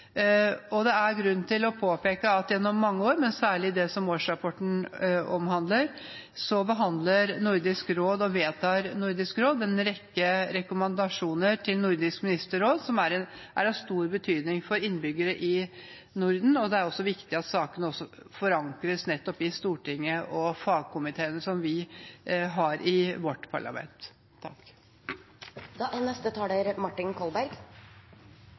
rådsarbeidet. Det er grunn til å påpeke at gjennom mange år, men særlig i det året denne årsrapporten omhandler, har Nordisk råd behandlet og vedtatt en rekke rekommandasjoner til Nordisk ministerråd som er av stor betydning for innbyggere i Norden. Det er også viktig at sakene forankres i Stortinget og i fagkomiteene i vårt parlament. Jeg vil begynne med å nevne det samme som saksordføreren, representanten Schou, nettopp har understreket, og det er